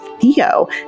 Theo